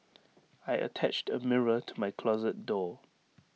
I attached A mirror to my closet door